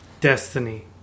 Destiny